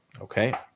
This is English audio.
Okay